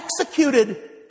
executed